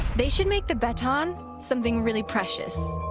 they should make the baton something really precious.